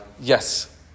Yes